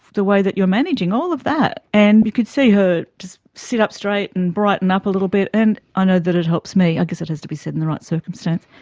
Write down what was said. the way that you're managing all of that and you could see her just sit up straight and brighten up a little bit, and i know that it helps me. i guess it has to be said in the right circumstances.